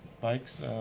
bikes